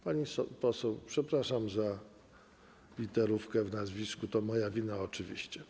Pani poseł, przepraszam za literówkę w nazwisku, to moja wina oczywiście.